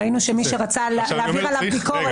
ראינו שמי שרצה להעביר עליו ביקורת פוטר.